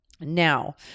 Now